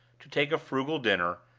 to take a frugal dinner,